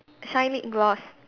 shine lip gloss